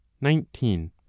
nineteen